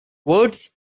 words